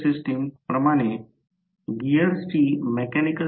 तेथे अशा प्रकारे चांगले दिसून समजू शकते